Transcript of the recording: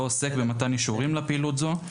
לא עוסק במתן אישורים לפעילות זו,